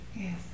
Yes